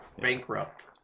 bankrupt